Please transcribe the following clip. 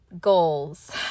Goals